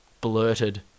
blurted